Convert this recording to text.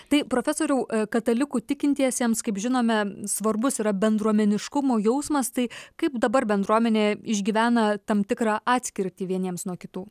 taip profesoriau katalikų tikintiesiems kaip žinome svarbus yra bendruomeniškumo jausmas tai kaip dabar bendruomenė išgyvena tam tikrą atskirtį vieniems nuo kitų